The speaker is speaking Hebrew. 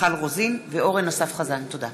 מיכל רוזין ואורן אסף חזן בנושא: מצוקת הרופאים המתמחים.